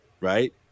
right